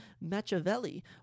Machiavelli